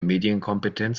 medienkompetenz